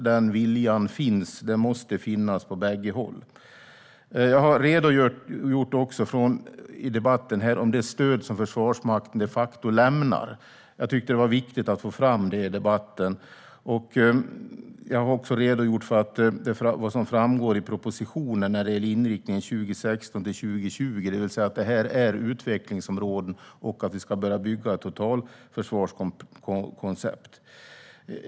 Den viljan måste finnas på bägge håll. Jag har också i debatten här redogjort för det stöd som Försvarsmakten de facto lämnar. Jag tyckte att det var viktigt att få fram det. Jag har också redogjort för det som framgår av propositionen om inriktning 2016-2020, det vill säga att detta är utvecklingsområden och att vi ska börja att bygga totalförsvarskoncept.